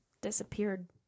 disappeared